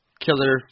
Killer